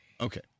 Okay